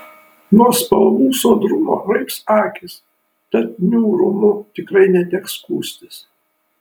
nuo spalvų sodrumo raibs akys tad niūrumu tikrai neteks skųstis